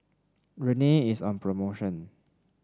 rene is on promotion